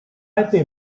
hype